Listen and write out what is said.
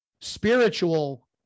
spiritual